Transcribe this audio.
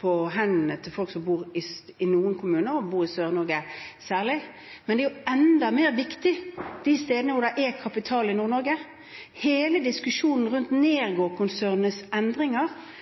på hendene til folk som bor i noen kommuner – og særlig i Sør-Norge, men det er jo enda viktigere de stedene hvor det er kapital i Nord-Norge. Hele diskusjonen rundt Nergård-konsernets endringer